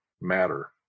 matter